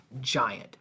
giant